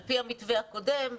על פי המתווה הקודם,